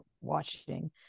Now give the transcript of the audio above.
watching